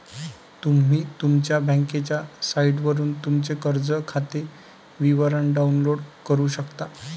तुम्ही तुमच्या बँकेच्या साइटवरून तुमचे कर्ज खाते विवरण डाउनलोड करू शकता